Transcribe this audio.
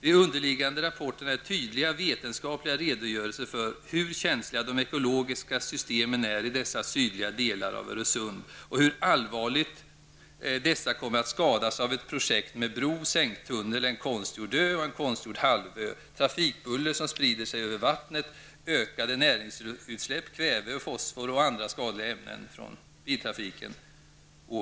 De underliggande rapporterna är tydliga vetenskapliga redogörelser för hur känsliga de ekologiska systemen är i dessa sydliga delar av Öresund och hur allvarligt dessa kommer att skadas av ett projekt med bro, sänktunnel, en konstgjord ö och en konstgjord halvö, trafikbuller som sprider sig över vattnet, ökade näringsutsläpp och ökade utsläpp av kväve, fosfor och andra skadliga ämnen från biltrafiken.